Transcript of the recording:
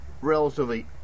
relatively